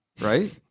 right